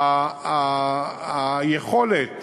היכולת